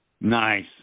Nice